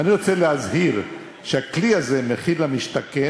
ואני רוצה להזהיר שהכלי הזה, מחיר למשתכן,